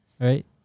Right